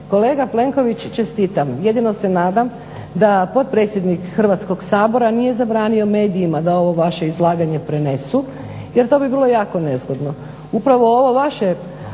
Kolega Plenković čestitam! Jedino se nadam da potpredsjednik Hrvatskog sabora nije zabranio medijima da ovo vaše izlaganje prenesu jer to bi bilo jako nezgodno.